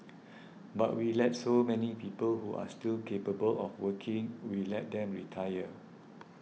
but we let so many people who are still capable of working we let them retire